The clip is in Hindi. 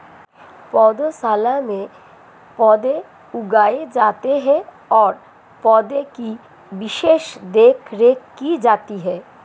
पौधशाला में पौधे उगाए जाते हैं और पौधे की विशेष देखरेख की जाती है